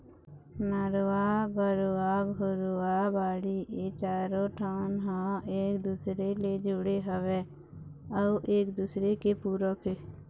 नरूवा, गरूवा, घुरूवा, बाड़ी ए चारों ठन ह एक दूसर ले जुड़े हवय अउ एक दूसरे के पूरक हे